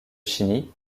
chiny